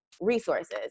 resources